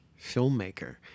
filmmaker